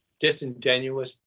disingenuous